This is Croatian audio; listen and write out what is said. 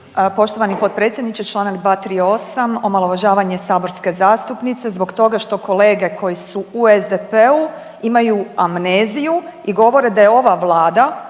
Poštovani potpredsjedniče, čl. 238. omalovažavanje saborske zastupnice zbog toga što kolege koji su u SDP-u imaju amneziju i govore da je ova vlada